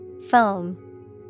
Foam